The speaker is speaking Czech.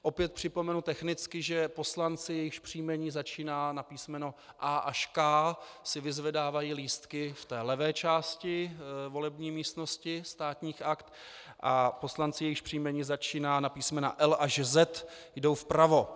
Opět připomenu technicky, že poslanci, jejichž příjmení začíná na písmeno A až K, si vyzvedávají lístky v té levé části volební místnosti Státních aktů a poslanci, jejichž příjmení začíná na písmena L až Z, jdou vpravo.